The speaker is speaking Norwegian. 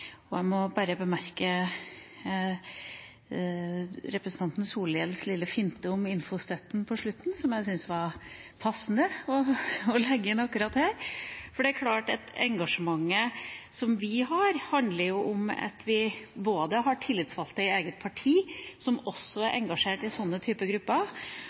Jeg må bare bemerke representanten Solhjells lille finte om informasjonsstøtten på slutten, som jeg syns var passende å legge inn akkurat her. Det er klart at engasjementet vi har, handler om at vi både har tillitsvalgte i eget parti som også er engasjert i sånne grupper, og at sånne grupper